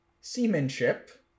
seamanship